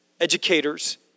educators